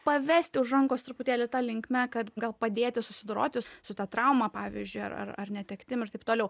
pavesti už rankos truputėlį ta linkme kad gal padėti susidoroti su ta trauma pavyzdžiui ar ar ar netektim ir taip toliau